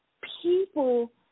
people